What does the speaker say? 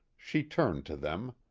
she turned to them,